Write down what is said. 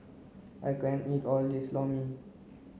I can't eat all of this lor mee